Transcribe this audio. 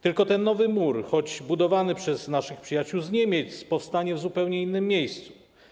Tylko ten nowy mur, choć budowany przez naszych przyjaciół z Niemiec, powstanie w zupełnie innym miejscu.